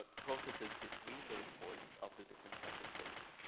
processes between the reports of the different member states.